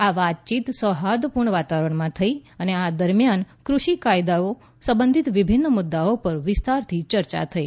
આ વાતચીત સૌફાદપૂર્ણ વાતાવરણમાં થઈ અને આ દરમ્યાન ક્રષિ કાયદાઓ સંબંધિત વિભિન્ન મુદ્દાઓ પર વિસ્તારથી ચર્ચા થઈ